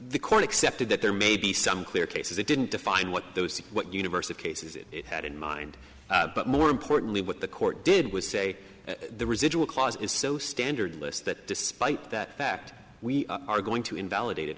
the corn accepted that there may be some clear cases it didn't define what those what universe of cases it had in mind but more importantly what the court did was say the residual clause is so standardless that despite that fact we are going to invalidate it